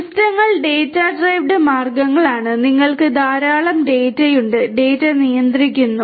സിസ്റ്റങ്ങൾ data driven മാർഗങ്ങൾ ആണ് നിങ്ങൾക്ക് ധാരാളം ഡാറ്റയുണ്ട് ഡാറ്റ നിയന്ത്രിക്കുന്നു